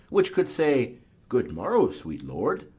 which could say good morrow, sweet lord!